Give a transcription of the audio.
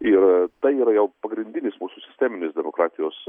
ir tai yra jau pagrindinis mūsų sisteminis demokratijos